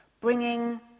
bringing